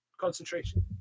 concentration